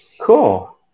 Cool